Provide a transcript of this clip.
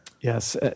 Yes